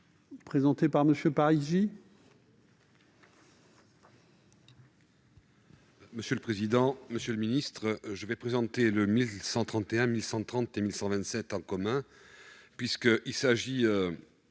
présenté par M. Parigi,